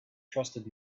trusted